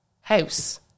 house